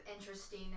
interesting